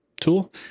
tool